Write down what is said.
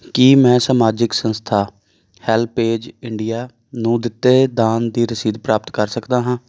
ਕੀ ਮੈਂ ਸਮਾਜਿਕ ਸੰਸਥਾ ਹੈਲਪੇਜ ਇੰਡੀਆ ਨੂੰ ਦਿੱਤੇ ਦਾਨ ਦੀ ਰਸੀਦ ਪ੍ਰਾਪਤ ਕਰ ਸਕਦਾ ਹਾਂ